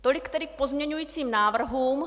Tolik tedy k pozměňujícím návrhům.